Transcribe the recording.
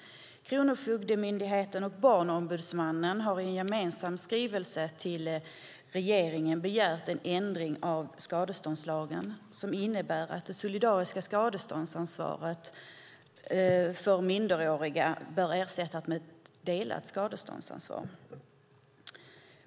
Kronofogdemyndigheten och Barnombudsmannen har i en gemensam skrivelse till regeringen begärt en ändring av skadeståndslagen som innebär att det solidariska skadeståndsansvaret för minderåriga bör ersättas med ett delat skadeståndsansvar.